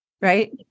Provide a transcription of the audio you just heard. right